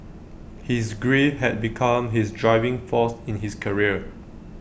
his grief had become his driving force in his career